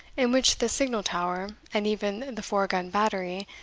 in which the signal tower, and even the four-gun battery,